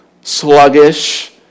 sluggish